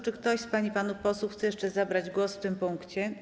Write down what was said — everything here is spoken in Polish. Czy ktoś z pań i panów posłów chce jeszcze zabrać głos w tym punkcie?